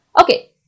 Okay